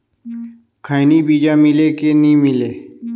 खैनी बिजा मिले कि नी मिले?